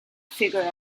figured